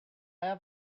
have